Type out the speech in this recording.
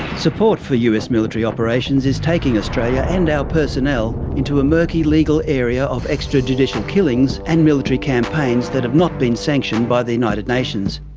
support for us military operations is taking australia and our personnel into a murky legal area of extrajudicial killings and military campaigns that have not been sanctioned by the united nations.